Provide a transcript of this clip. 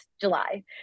July